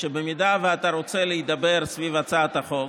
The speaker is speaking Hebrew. במידה שאתה רוצה להידבר סביב הצעת החוק,